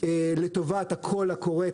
לטובת הקול הקורא,